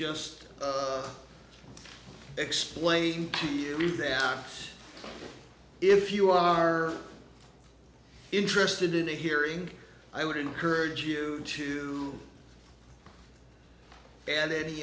just explain to you that if you are interested in a hearing i would encourage you to and any